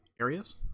areas